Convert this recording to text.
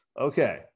Okay